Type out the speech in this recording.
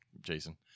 Jason